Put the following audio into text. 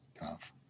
tough